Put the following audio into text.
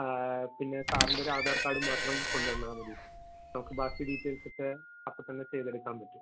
പിന്നെ സാറിൻറ്റൊരാധാർക്കാഡും മാത്രം കൊണ്ട് വന്നാൽ മതി നമുക്ക് ബാക്കി ഡീറ്റേയ്ൽസക്കെ അപ്പം തന്നെ ചെയ്തെടുക്കാമ്പറ്റും